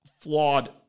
flawed